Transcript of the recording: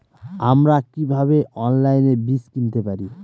আমরা কীভাবে অনলাইনে বীজ কিনতে পারি?